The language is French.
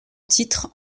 titre